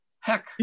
Heck